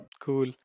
Cool